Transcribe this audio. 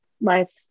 life